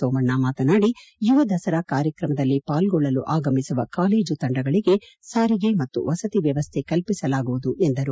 ಸೋಮಣ್ಣ ಮಾತನಾದಿ ಯುವ ದಸರಾ ಕಾರ್ಯಕ್ರಮದಲ್ಲಿ ಪಾಲ್ಗೊಳ್ಳಲು ಆಗಮಿಸುವ ಕಾಲೇಜು ತಂಡಗಳಿಗೆ ಸಾರಿಗೆ ವಸತಿ ವ್ಯವಸ್ಥೆ ಕಲ್ಪಿಸಲಾಗುವುದು ಎಂದರು